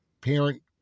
parent